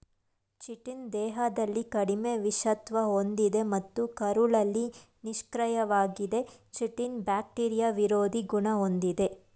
chitin ದೇಹದಲ್ಲಿ ಕಡಿಮೆ ವಿಷತ್ವ ಹೊಂದಿದೆ ಮತ್ತು ಕರುಳಲ್ಲಿ ನಿಷ್ಕ್ರಿಯವಾಗಿದೆ ಚಿಟಿನ್ ಬ್ಯಾಕ್ಟೀರಿಯಾ ವಿರೋಧಿ ಗುಣ ಹೊಂದಿದೆ